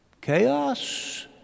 Chaos